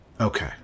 okay